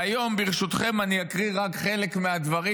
והיום ברשותכם אני אקריא רק חלק מהדברים